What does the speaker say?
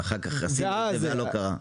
עשינו את זה ולא קרה?